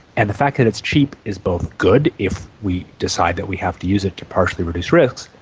and the fact that it's cheap is both good if we decide that we have to use it to partially reduce risks,